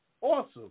Awesome